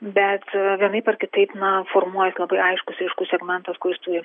bet vienaip ar kitaip na formuojas labai aiškus ryškus segmentas kuris turi